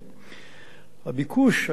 והביקוש היה גם כן שיא: